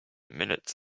minutes